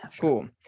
Cool